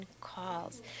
calls